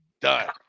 done